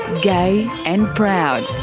gay and proud.